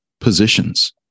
positions